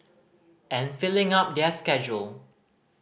and filling up their schedule